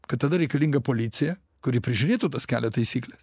kad tada reikalinga policija kuri prižiūrėtų tas kelio taisykles